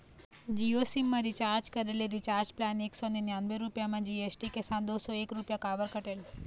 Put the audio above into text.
Jio SIM मा recharge करे ले रिचार्ज प्लान एक सौ निन्यानबे रुपए मा जी.एस.टी के साथ दो सौ एक रुपया काबर कटेल?